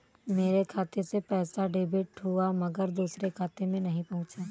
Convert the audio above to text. मेरे खाते से पैसा डेबिट हुआ मगर दूसरे खाते में नहीं पंहुचा